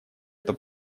это